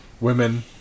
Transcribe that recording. women